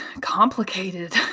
complicated